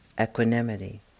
equanimity